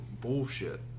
bullshit